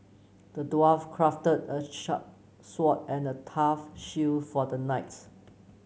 the dwarf crafted a sharp sword and tough shield for the knight